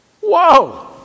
Whoa